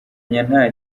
nta